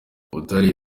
butare